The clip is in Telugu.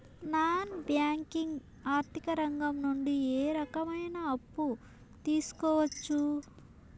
నాన్ బ్యాంకింగ్ ఆర్థిక రంగం నుండి ఏ రకమైన అప్పు తీసుకోవచ్చు?